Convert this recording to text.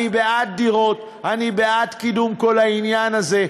אני בעד דירות, אני בעד קידום כל העניין הזה.